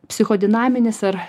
psichodinaminis ar